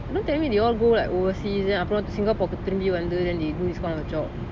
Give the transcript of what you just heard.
don't tell me they all go like overseas then abroad singapore திரும்ப வந்து:thirumba vanthu then they do this kind of job